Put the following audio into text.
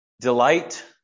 Delight